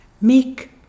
make